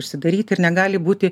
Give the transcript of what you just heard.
užsidaryti ir negali būti